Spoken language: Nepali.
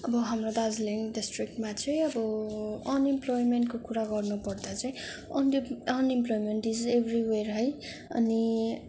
अब हाम्रो दार्जिलिङ डिस्ट्रिकमा चाहिँ अब अनइम्प्लोयमेन्टको कुरा गर्नुपर्दा चाहिँ अनइम्प्लोयमेन्ट इज एभ्रिवेएर है अनि